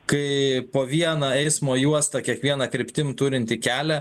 kai po vieną eismo juostą kiekviena kryptim turintį kelią